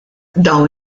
dawn